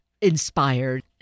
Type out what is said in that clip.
inspired